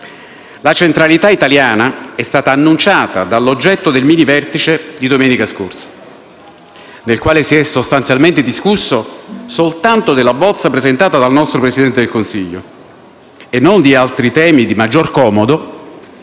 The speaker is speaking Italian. La centralità italiana è stata annunciata dall'oggetto del mini vertice di domenica scorsa, nel quale si è sostanzialmente discusso soltanto della bozza presentata dal nostro Presidente del Consiglio e non di altri temi di maggior comodo